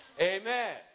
Amen